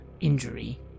injury